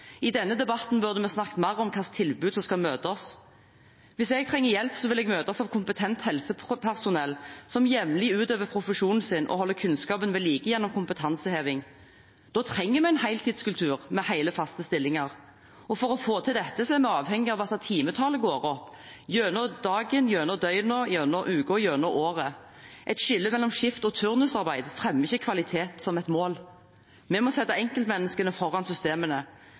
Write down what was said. I denne debatten burde vi snakket mer om hvilke tilbud som skal møte oss. Hvis jeg trenger hjelp, vil jeg møtes av kompetent helsepersonell som jevnlig utøver profesjonen sin og holder kunnskapen ved like gjennom kompetanseheving. Da trenger vi en heltidskultur, med hele, faste stillinger, og for å få til dette er vi avhengig av at timetallet går opp, gjennom dagen, gjennom døgnet, gjennom uka, gjennom året. Et skille mellom skift- og turnusarbeid fremmer ikke kvalitet som et mål. Vi må sette enkeltmenneskene foran systemene.